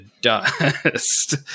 dust